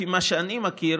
לפי מה שאני מכיר,